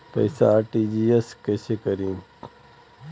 पैसा आर.टी.जी.एस कैसे करी?